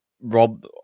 Rob